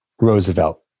Roosevelt